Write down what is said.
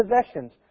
possessions